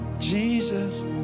Jesus